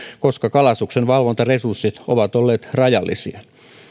koska kalastuksen valvontaresurssit ovat olleet rajallisia